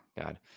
God